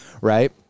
right